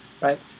right